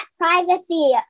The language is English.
privacy